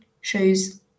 shows